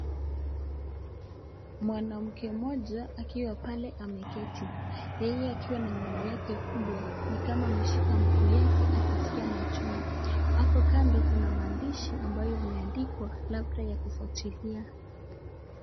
Mwanamke mmoja akiwa pale ameketi. Yeye akiwa na nywele yake kubwa ni kama ameshika mguu yake akiskia mauchungu. Hapo kando kuna maandishi ambayo imeandikwa labda ya kufuatilia.